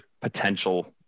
potential